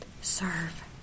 serve